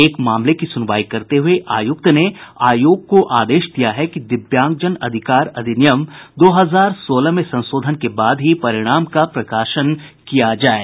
एक मामले की सूनवाई करते हये आयुक्त ने आयोग को आदेश दिया है कि दिव्यांगजन अधिकार अधिनियम दो हजार सोलह में संशोधन के बाद ही परिणाम का प्रकाशन किया जाये